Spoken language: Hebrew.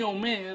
אני אומר,